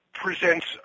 presents